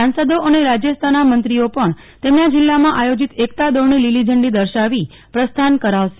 સાંસદો અને રાજયસ્તરના મંત્રીઓ પણ તેમના જિલ્લામાં આયોજીત એકતા દોડને લીલી ઝંડી દર્શાવી પ્રસ્થાન કરાવશે